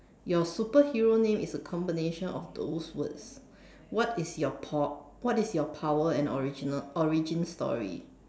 your superhero name is a combination of these words what is your po~ what is your power and the original origin story